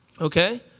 okay